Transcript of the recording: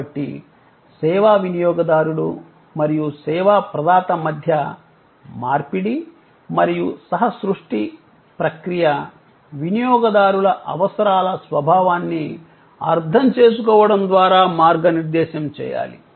కాబట్టి సేవా వినియోగదారుడు మరియు సేవా ప్రదాత మధ్య మార్పిడి మరియు సహ సృష్టి ప్రక్రియ వినియోగదారుల అవసరాల స్వభావాన్ని అర్థం చేసుకోవడం ద్వారా మార్గనిర్దేశం చేయాలి